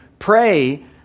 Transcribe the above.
Pray